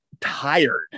tired